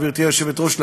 גברתי היושבת-ראש,